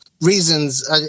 reasons